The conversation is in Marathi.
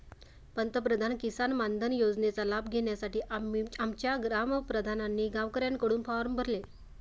पंतप्रधान किसान मानधन योजनेचा लाभ घेण्यासाठी आमच्या ग्राम प्रधानांनी गावकऱ्यांकडून फॉर्म भरले